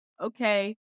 Okay